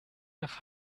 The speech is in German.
nach